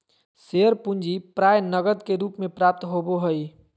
share पूंजी प्राय नकद के रूप में प्राप्त होबो हइ